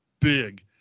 big